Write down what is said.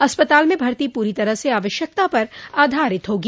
अस्पताल में भर्ती पूरी तरह से आवश्यकता पर आधारित होगी